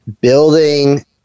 building